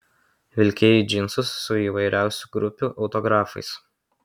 vilkėjai džinsus su įvairiausių grupių autografais